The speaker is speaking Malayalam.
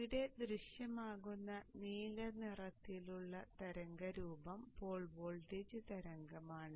ഇവിടെ ദൃശ്യമാകുന്ന നീല നിറത്തിലുള്ള തരംഗരൂപം പോൾ വോൾട്ടേജ് തരംഗമാണ്